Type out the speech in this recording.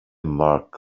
mark